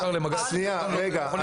שנייה, רגע.